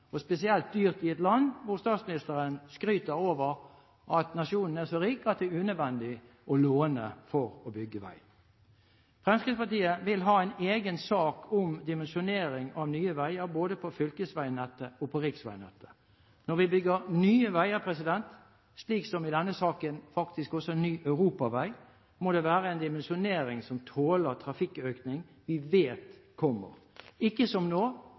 dyrt, det – spesielt i et land der statsministeren skryter av at nasjonen er så rik at det er unødvendig å låne for å bygge vei. Fremskrittspartiet vil ha en egen sak om dimensjonering av nye veier, både på fylkesveinettet og på riksveinettet. Når vi bygger nye veier, slik som i denne saken – faktisk også ny europavei – så må det være en dimensjonering som tåler trafikkøkningen som vi vet kommer, og ikke slik som nå,